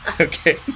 Okay